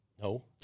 No